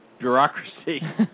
bureaucracy